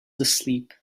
asleep